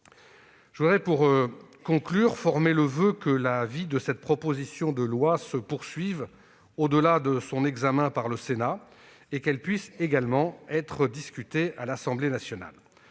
Avant de conclure, je forme le voeu que la vie de cette proposition de loi se poursuive au-delà de son examen par le Sénat, et qu'elle puisse également être discutée à l'Assemblée nationale.